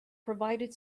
provided